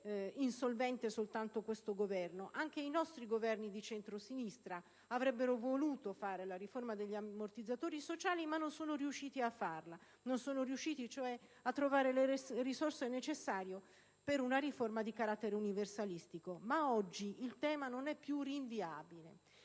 insolvente soltanto questo Governo; anche i nostri Governi di centrosinistra avrebbero voluto fare la riforma degli ammortizzatori sociali ma non sono riusciti a farla, a trovare cioè le risorse necessarie per una riforma di carattere universalistico. Ma oggi il tema non è più rinviabile.